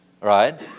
right